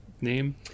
name